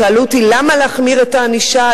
שאלו אותי למה להחמיר את הענישה,